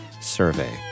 survey